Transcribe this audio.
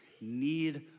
need